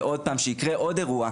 שיקרה עוד אירוע.